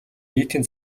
нийтийн